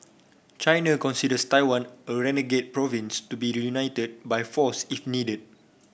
China considers Taiwan a renegade province to be reunited by force if needed